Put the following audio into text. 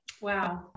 wow